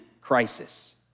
crisis